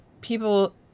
people